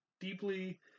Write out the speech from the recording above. deeply